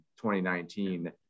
2019